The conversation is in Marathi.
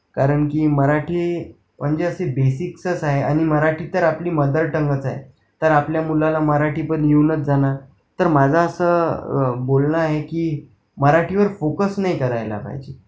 कारण की मराठी म्हणजे असे बेसिक्सच आहे आणि मराठी तर आपली मदरटंगच आहे तर आपल्या मुलाला मराठी पण येऊनच जाणार तर माझं असं बोलणं आहे की मराठीवर फोकस नाही करायला पाहिजे